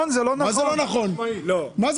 זה